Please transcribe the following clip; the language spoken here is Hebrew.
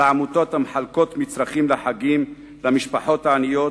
העמותות המחלקות מצרכים לחגים למשפחות העניות,